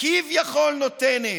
כביכול נותנת.